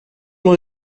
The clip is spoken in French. dans